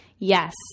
Yes